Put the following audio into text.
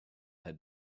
had